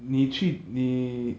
你去你